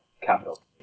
capital